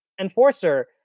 enforcer